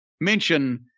mention